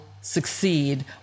succeed